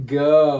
go